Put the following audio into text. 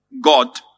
God